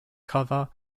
cover